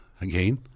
again